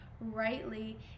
rightly